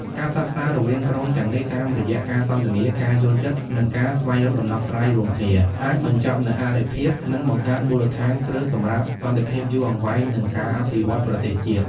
ការផ្សះផ្សារវាងក្រុមទាំងនេះ តាមរយៈការសន្ទនា ការយល់ចិត្ត និងការស្វែងរកដំណោះស្រាយរួមគ្នា អាចបញ្ចប់នូវអរិភាព និងបង្កើតមូលដ្ឋានគ្រឹះសម្រាប់សន្តិភាពយូរអង្វែង និងការអភិវឌ្ឍន៍ប្រទេសជាតិ។